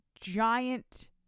giant